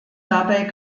dabei